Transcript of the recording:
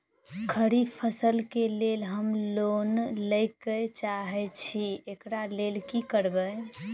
खरीफ फसल केँ लेल हम लोन लैके चाहै छी एकरा लेल की करबै?